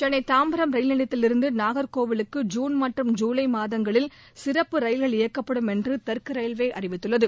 Chennai Tambaram rail நிலையத்திலிருந்து நாகர்கோயிலுக்கு June மற்றும் ஜுலை மாதங்களில் சிறப்பு ரயில்கள் இயக்கப்படும் என்று தெற்கு ரயில்வே அறிவித்துள்ளது